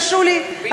תרשו לי,